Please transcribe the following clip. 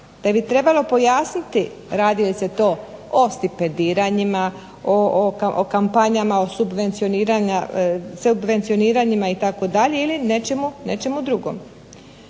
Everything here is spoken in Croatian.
te bi trebalo pojasniti radi li se to o stipendiranjima, o kampanjama, o subvencioniranjima itd. ili o nečemu drugome.